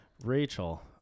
Rachel